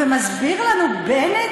ומסביר לנו בנט